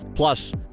Plus